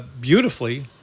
beautifully